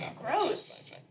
Gross